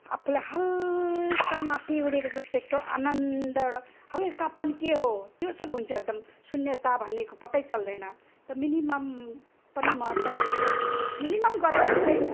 आफूलाई हल्का माथि उडेको जस्तै एकटो आनन्द एउटा हल्कापन के हो त्यो सब हुन्छ एकदम शून्यता भनेको पत्तै चल्दैन त मिनिमम पनि म त एक मिनिमम गरेँ भने चाहि